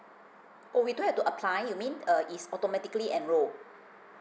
oh we don't have to apply you mean uh it's automatically enrolled